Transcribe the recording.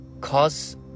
Cause